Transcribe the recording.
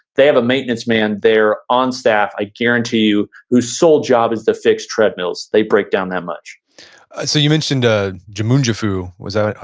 they have a maintenance man there on staff, i guarantee you whose sole job is to fix treadmills, they break down that much so you mentioned ah jimunjifu was that,